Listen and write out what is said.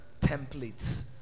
templates